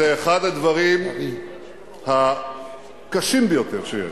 זה אחד הדברים הקשים ביותר שיש.